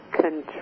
control